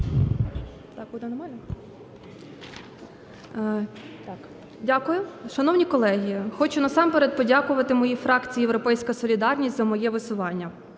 Дякую. Шановні колеги, хочу насамперед подякувати моїй фракції "Європейська солідарність" за моє висування.